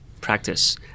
practice